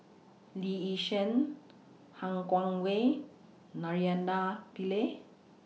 Lee Yi Shyan Han Guangwei Naraina Pillai